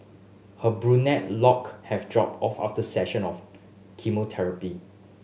her brunette lock have dropped off after session of chemotherapy